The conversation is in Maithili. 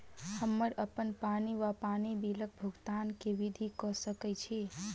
हम्मर अप्पन पानि वा पानि बिलक भुगतान केँ विधि कऽ सकय छी?